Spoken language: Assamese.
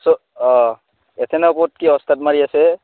অঁ এথেনৰ ওপৰত কি ওস্তাত মাৰি আছে